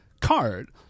card